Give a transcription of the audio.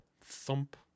thump